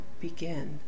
begin